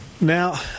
now